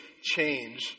change